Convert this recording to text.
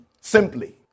Simply